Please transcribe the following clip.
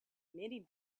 many